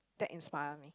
that inspire me